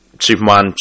Superman